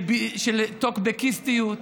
של טוקבקיסטיות,